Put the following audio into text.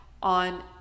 On